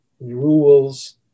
rules